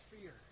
fear